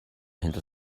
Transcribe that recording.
hinter